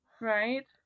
right